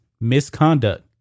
misconduct